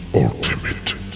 ultimate